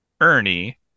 Ernie